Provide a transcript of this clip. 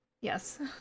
Yes